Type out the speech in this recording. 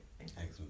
Excellent